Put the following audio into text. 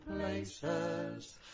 places